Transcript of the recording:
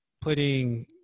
putting